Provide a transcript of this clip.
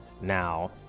Now